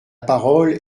parole